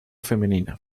femenina